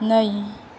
नै